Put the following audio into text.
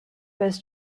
was